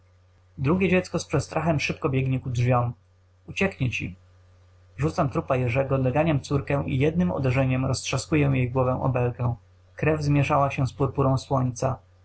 drugie dziecko z przestrachem szybko biegnie ku drzwiom ucieknie ci rzucam trupa jerzego doganiam córkę i jednem uderzeniem roztrzaskuję jej głowę o belkę krew zmieszała się z purpurą słońca